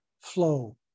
flow